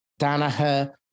Danaher